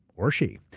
or she.